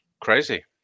Crazy